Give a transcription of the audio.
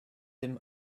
him